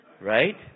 Right